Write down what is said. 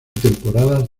temporadas